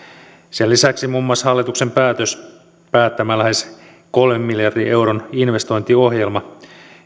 sen lisäksi muun muassa hallituksen päättämä lähes kolmen miljardin euron investointiohjelma